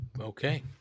Okay